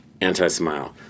anti-smile